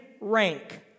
rank